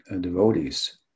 devotees